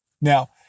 Now